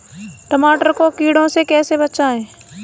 टमाटर को कीड़ों से कैसे बचाएँ?